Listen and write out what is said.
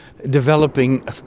developing